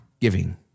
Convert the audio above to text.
giving